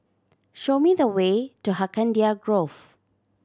show me the way to Hacienda Grove